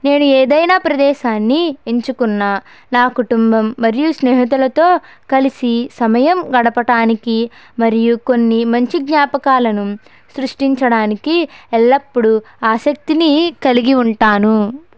నేను ఏదైనా ప్రదేశాన్ని ఎంచుకున్నా నా కుటుంబం మరియు స్నేహితులతో కలిసి సమయం గడపటానికి మరియు కొన్ని మంచి జ్ఞాపకాలను సృష్టించడానికి ఎల్లప్పుడూ ఆసక్తిని కలిగి ఉంటాను